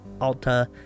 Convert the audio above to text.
Alta